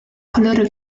coloro